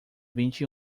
vinte